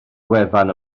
wefan